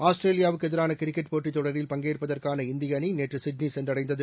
ஆஸ்திரேலியாவிற்கு எதிரான கிரிக்கெட் போட்டித்தொடரில் பங்கேற்பதற்கான இந்திய அணி நேற்று சிட்னி சென்றடைந்தது